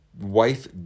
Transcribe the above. wife